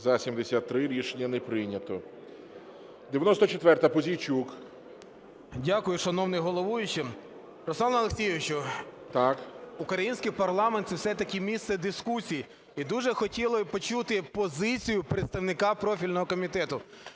За-73 Рішення не прийнято. 94-а, Пузійчук. 14:33:38 ПУЗІЙЧУК А.В. Дякую, шановний головуючий. Руслан Олексійович, український парламент – це все-таки місце дискусій, і дуже хотілось би почути позицію представника профільного комітету.